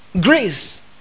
Grace